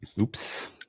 Oops